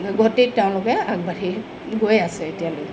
গতিত তেওঁলোকে আগবাঢ়ি গৈ আছে এতিয়ালৈকে